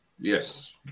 yes